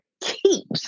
keeps